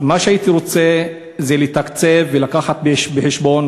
מה שהייתי רוצה זה לתקצב ולהביא בחשבון